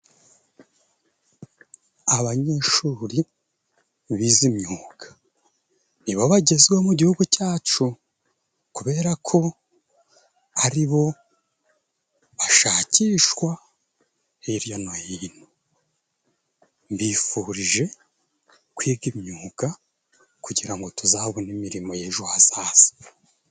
Abanyeshuri bize imyuga nibo bagezweho mu gihugu cyacu, kubera ko ari bo bashakishwa hirya no hino. Mbifurije kwiga imyuga kugira ngo tuzabone imirimo y'ejo hazaza.